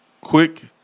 quick